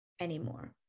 anymore